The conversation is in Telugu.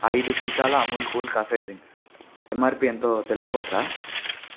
ఐదు సీసాల Amul cool cafe drink MRP ఎంతో తెలుసుకోవచ్చా